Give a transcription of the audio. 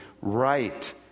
right